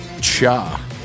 Cha